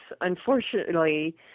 unfortunately